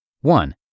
one